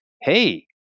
hey